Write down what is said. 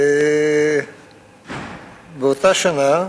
באותה שנה,